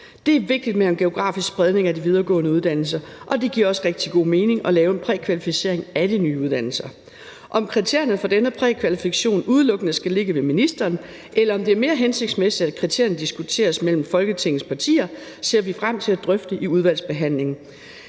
Det er vigtigt med en geografisk spredning af de videregående uddannelser, og det giver også rigtig god mening at lave en prækvalificering af de nye uddannelser. Om kriterierne for denne prækvalifikation udelukkende skal ligge hos ministeren, eller om det er mere hensigtsmæssigt, at kriterierne diskuteres mellem Folketingets partier, ser vi frem til at drøfte i udvalgsbehandlingen.